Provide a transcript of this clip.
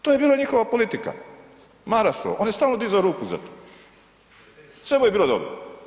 To je bila njihova politika, Marasova, on je stalno dizao ruku za to, sve mu je bilo dobro.